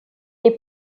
est